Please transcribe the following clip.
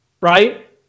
right